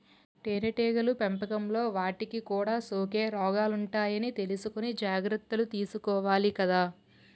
తేనెటీగల పెంపకంలో వాటికి కూడా సోకే రోగాలుంటాయని తెలుసుకుని జాగర్తలు తీసుకోవాలి కదా